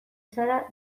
zara